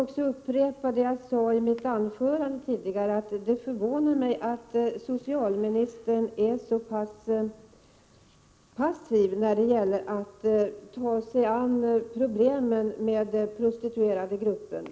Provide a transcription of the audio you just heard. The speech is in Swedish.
Jag måste upprepa det jag sade i mitt anförande tidigare, nämligen att det förvånar mig att socialministern är så passiv när det gäller att ta sig an problemen med gruppen prostituerade.